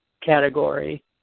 category